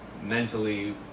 mentally